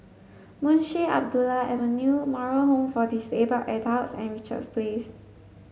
Munshi Abdullah Avenue Moral Home for Disabled Adults and Richards Place